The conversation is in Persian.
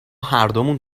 هردومون